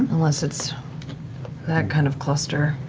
unless it's that kind of cluster.